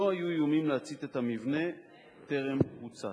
לא היו איומים להצית את המבנה טרם פוצץ.